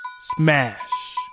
Smash